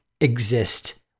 exist